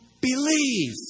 believe